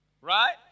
right